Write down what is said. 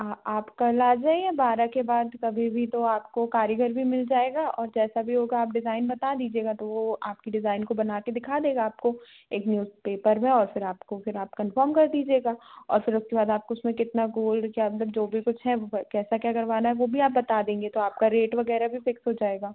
हाँ आप कल आ जाइए बारह के बाद कभी भी तो आपको कारीगर भी मिल जाएगा और जैसा भी होगा आप डिज़ाईन बता दीजिएगा तो वह आपकी डिज़ाईन को बनवा के दिखा देगा आपको एक न्यूज़पेपर में और फ़िर आपको फिर आप कन्फर्म कर दीजिएगा और फिर उसके बाद आप उसमें कितना गोल्ड क्या मतलब जो भी कुछ है कैसा क्या करवाना है वह भी आप बता देंगे तो आपका रेट वग़ैरह भी फिक्स हो जाएगा